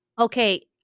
Okay